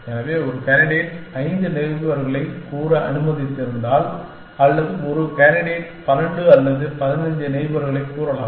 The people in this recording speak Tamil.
எனவே ஒரு கேண்டிடேட் 5 நெய்பர்களைக் கூற அனுமதித்திருந்தால் அல்லது ஒரு கேண்டிடேட் 12 அல்லது 15 நெய்பர்களைக் கூறலாம்